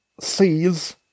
sees